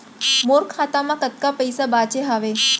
मोर खाता मा कतका पइसा बांचे हवय?